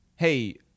Hey